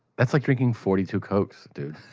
that's like drinking forty-two cokes, dude.